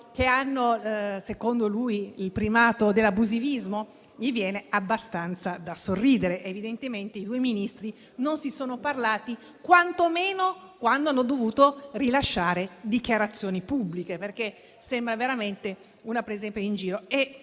che, secondo lui, hanno il primato dell'abusivismo: mi viene abbastanza da sorridere. Evidentemente i due Ministri non si sono parlati quantomeno quando hanno dovuto rilasciare dichiarazioni pubbliche, perché sembra veramente una presa in giro e